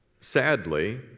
Sadly